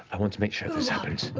i want to make sure this happens.